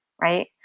Right